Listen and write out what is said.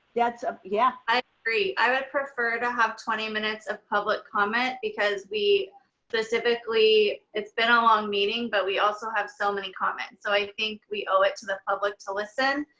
that's, yeah. i agree. i would prefer to have twenty minutes of public comment because we specifically it's been a long meeting, but we also have so many comments. so i think we owe it to the public to listen.